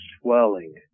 swelling